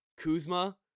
kuzma